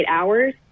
hours